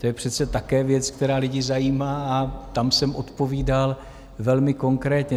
To je přece také věc, která lidi zajímá, a tam jsem odpovídal velmi konkrétně.